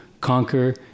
conquer